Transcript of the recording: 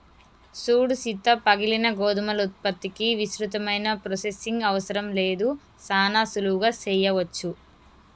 సూడు సీత పగిలిన గోధుమల ఉత్పత్తికి విస్తృతమైన ప్రొసెసింగ్ అవసరం లేదు సానా సులువుగా సెయ్యవచ్చు